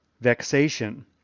vexation